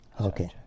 Okay